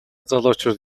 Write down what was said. залуучууд